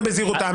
בזהירות,